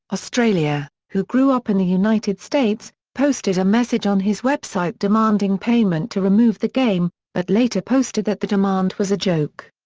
australia, who grew up in the united states, posted a message on his website demanding payment to remove the game, but later posted that the demand was a joke.